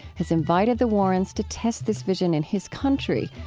has invited the warrens to test this vision in his country,